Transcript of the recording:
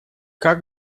как